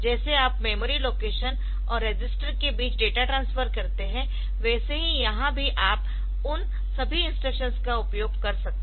जैसे आप memory location और रजिस्टर के बीच डेटा ट्रांसफर सकते है वैसे ही यहाँ भी आप उन सभी इंस्ट्रक्शंस का उपयोग कर सकते है